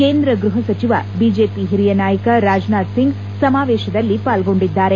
ಕೇಂದ್ರ ಗೃಹ ಸಚಿವ ಬಿಜೆಪಿ ಹಿರಿಯ ನಾಯಕ ರಾಜನಾಥ್ ಸಿಂಗ್ ಸಮಾವೇತದಲ್ಲಿ ಪಾಲ್ಗೊಂಡಿದ್ದಾರೆ